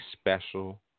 special